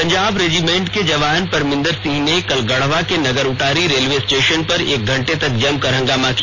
Punjab regiment के जवान परमिंदर सिंह ने कल गढ़वा के नगरउंटारी रेलवे स्टेशन पर एक घंटे तक जमकर हंगामा किया